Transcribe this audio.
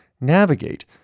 navigate